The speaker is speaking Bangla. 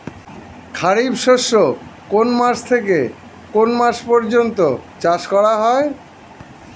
খারিফ শস্য কোন মাস থেকে কোন মাস পর্যন্ত চাষ করা হয়?